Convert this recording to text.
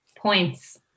points